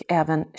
även